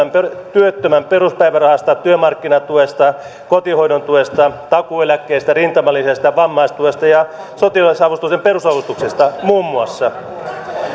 työttömän peruspäivärahasta työmarkkinatuesta kotihoidon tuesta takuueläkkeistä rintamalisästä vammaistuesta ja sotilasavustuksen perusavustuksesta muun muassa